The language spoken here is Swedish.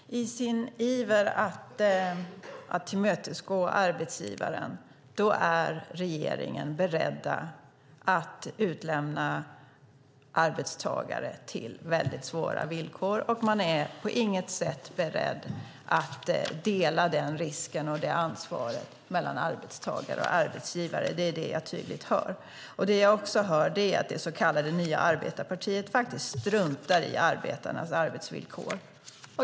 Herr talman! I sin iver att tillmötesgå arbetsgivaren är regeringen beredd att utlämna arbetstagare till väldigt svåra villkor, och man är på inget sätt beredd att dela den risken och det ansvaret mellan arbetstagare och arbetsgivare - det är vad jag tydligt hör. Det jag också hör är att det så kallade nya arbetarpartiet faktiskt struntar i arbetarnas arbetsvillkor.